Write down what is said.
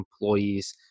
employees